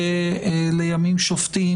ולימים שופטים,